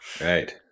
Right